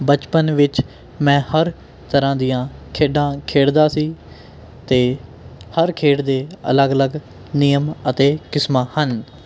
ਬਚਪਨ ਵਿੱਚ ਮੈਂ ਹਰ ਤਰ੍ਹਾਂ ਦੀਆਂ ਖੇਡਾਂ ਖੇਡਦਾ ਸੀ ਅਤੇ ਹਰ ਖੇਡ ਦੇ ਅਲੱਗ ਅਲੱਗ ਨਿਯਮ ਅਤੇ ਕਿਸਮਾਂ ਹਨ